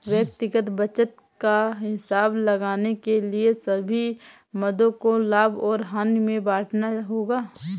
व्यक्तिगत बचत का हिसाब लगाने के लिए सभी मदों को लाभ और हानि में बांटना होगा